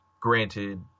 Granted